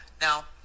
now